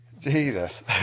Jesus